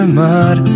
mud